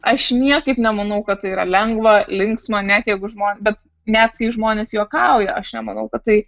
aš niekaip nemanau kad tai yra lengva linksma net jeigu žmogui bet net kai žmonės juokauja aš nemanau kad tai